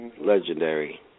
Legendary